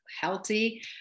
healthy